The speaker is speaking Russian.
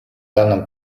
данной